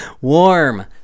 Warm